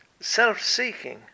self-seeking